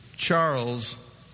Charles